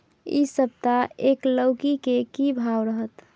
इ सप्ताह एक लौकी के की भाव रहत?